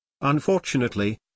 Unfortunately